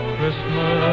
Christmas